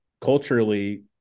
culturally